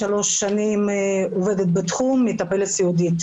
שנים עובדת בתחום, מטפלת סיעודית.